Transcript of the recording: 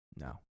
No